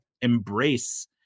embrace